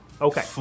okay